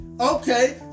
Okay